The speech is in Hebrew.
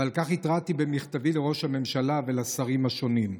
ועל כך התרעתי במכתבי לראש הממשלה ולשרים השונים.